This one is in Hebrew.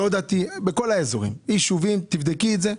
לא דתי, ישובים, תבדקי את זה,